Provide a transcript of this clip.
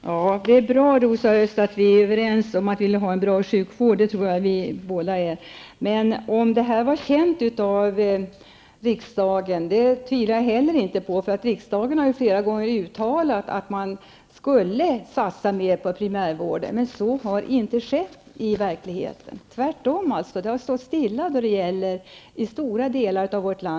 Herr talman! Det är bra, Rosa Östh, att vi är överens om att vi skall ha en bra sjukvård. Att det var kända problem tvivlar jag inte heller på, för riksdagen har flera gånger uttalat att det skall satsas mer på primärvården, men så har inte skett i verkligheten. Tvärtom har utvecklingen av primärvården stått stilla i stora delar av vårt.